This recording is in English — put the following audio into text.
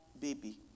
baby